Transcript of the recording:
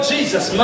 Jesus